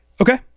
Okay